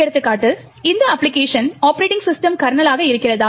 எடுத்துக்காட்டு இந்த application operating system கர்னலாக இருக்கிறதா